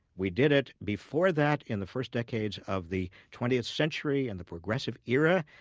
we did it before that in the first decades of the twentieth century and the progressive era.